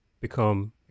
become